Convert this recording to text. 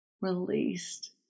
released